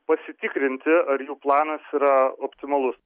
pasitikrinti ar jų planas yra optimalu